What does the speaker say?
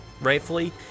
rightfully